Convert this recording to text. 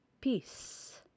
Peace